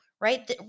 right